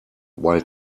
while